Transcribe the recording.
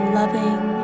loving